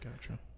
Gotcha